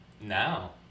now